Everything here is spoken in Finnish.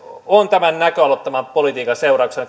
on tämän näköalattoman politiikan seurauksena